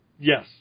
Yes